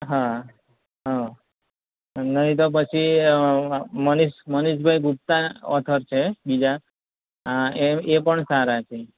હં નહીં તો પછી મનીષ મનિષભઈ ગુપ્તા ઓથર છે બીજા હા એ એ પણ સારા છે